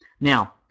Now